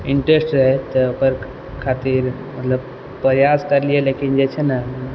interest रहै तऽ पर खातिर मतलब प्रयास करलियै लेकिन जे छै ने